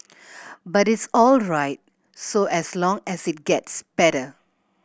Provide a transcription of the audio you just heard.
but it's all right so as long as it gets better